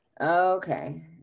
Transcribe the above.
Okay